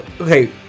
Okay